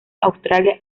australia